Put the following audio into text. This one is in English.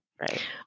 Right